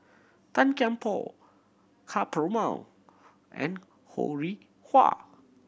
Tan Kian Por Ka Perumal and Ho Rih Hwa